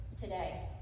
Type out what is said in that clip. today